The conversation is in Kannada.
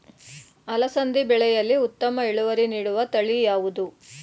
ಅಲಸಂದಿ ಬೆಳೆಯಲ್ಲಿ ಉತ್ತಮ ಇಳುವರಿ ನೀಡುವ ತಳಿ ಯಾವುದು?